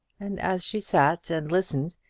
and as she sat and listened,